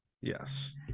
Yes